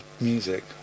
music